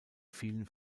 vielen